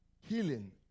Healing